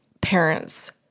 parents